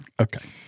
Okay